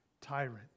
tyrant